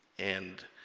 and